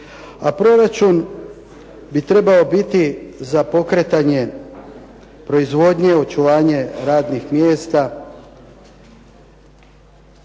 a proračun bi trebao biti za pokretanje proizvodnje, očuvanje radnih mjesta.